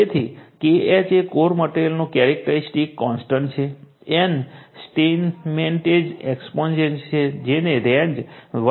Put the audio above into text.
તેથી Kh એ core મટેરીઅલનું કેરેક્ટરીસ્ટીક કોન્સટન્ટ છે n સ્ટેઈનમેટ્ઝ એક્સપોનેંટ છે જેની રેન્જ 1